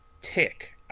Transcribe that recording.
tick